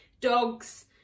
dogs